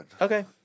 Okay